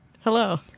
Hello